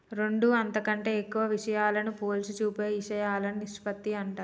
రెండు అంతకంటే ఎక్కువ విషయాలను పోల్చి చూపే ఇషయాలను నిష్పత్తి అంటారు